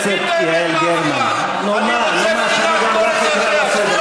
יעל גרמן, נו מה, נו מה, שאני גם אותך אקרא לסדר?